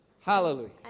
Hallelujah